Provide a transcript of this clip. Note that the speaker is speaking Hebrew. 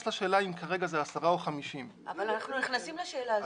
לשאלה אם כרגע זה 10 או 50. אבל אנחנו נכנסים לשאלה הזאת.